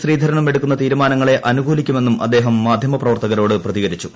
ശ്രീധരനും എടുക്കുന്ന തീരുമാനങ്ങളെ അനുകൂലിക്കുമെന്നും അദ്ദേഹം മാധ്യമ പ്രവർത്തകരോട് പ്രതികരിച്ചു